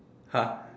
!huh!